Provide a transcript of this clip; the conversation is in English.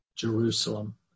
Jerusalem